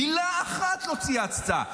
מילה אחת לא צייצת.